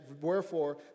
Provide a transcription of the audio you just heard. wherefore